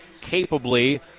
capably